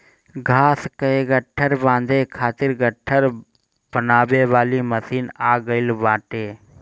घाँस कअ गट्ठर बांधे खातिर गट्ठर बनावे वाली मशीन आ गइल बाटे